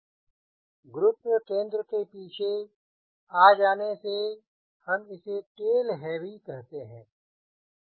centre of gravity के पीछे आ जाने से हम इसे टेल हैवी कहते हैं